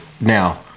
Now